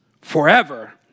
forever